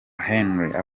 henry